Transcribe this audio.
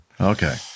Okay